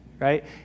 right